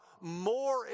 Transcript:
more